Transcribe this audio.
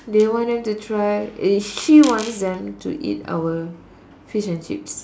they want them to try she wants them to eat our fish and chips